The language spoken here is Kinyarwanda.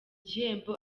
gihembo